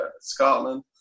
Scotland